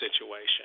situation